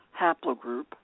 haplogroup